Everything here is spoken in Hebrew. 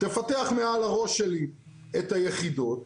תפתח מעל הראש שלי את היחידות.